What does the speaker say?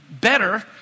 better